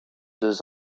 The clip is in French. deux